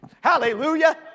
Hallelujah